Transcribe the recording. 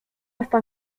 restent